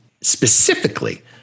specifically